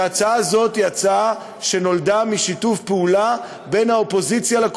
שההצעה הזאת היא הצעה שנולדה משיתוף פעולה בין הקואליציה לאופוזיציה.